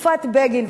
בתקופת בגין,